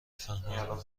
فهمم